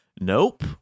Nope